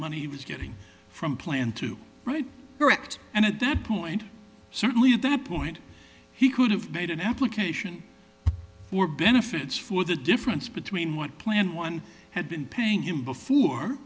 money he was getting from planned to write correct and at that point certainly at that point he could have made an application for benefits for the difference between what plan one had been paying him before